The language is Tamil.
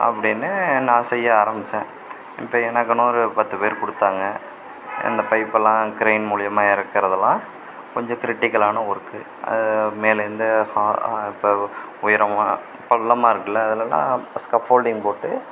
அப்படின்னு நான் செய்ய ஆரம்பித்தேன் இப்போ எனக்குன்னு ஒரு பத்து பேர் கொடுத்தாங்க இந்த பைப்பெல்லாம் கிரைன் மூலியமாக இறக்குறதுலாம் கொஞ்சம் கிரிட்டிக்கலான ஒர்க்கு மேலேருந்து இப்போ உயரமாக பள்ளமாயிருக்குல அதுலலாம் சஃபோல்டிங் போட்டு